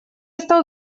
стал